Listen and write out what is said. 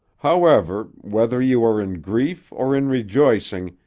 however, whether you are in grief or in rejoicing,